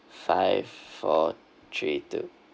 five four three two